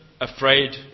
afraid